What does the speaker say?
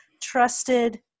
trusted